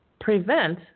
prevent